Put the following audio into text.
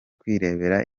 kwirebera